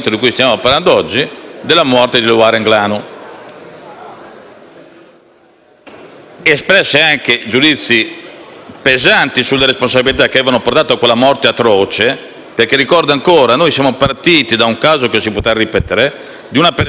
espresse anche giudizi pesanti sulle responsabilità che avevano portato a quella morte atroce. Ricordo infatti che siamo partiti da un caso, che si potrà ripetere, di una persona che non era affatto gravemente malata e non soffriva affatto;